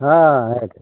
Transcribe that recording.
हँ